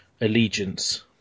allegiance